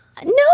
No